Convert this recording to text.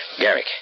Garrick